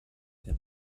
der